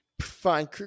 Fine